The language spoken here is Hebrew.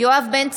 יואב בן צור,